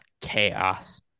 chaos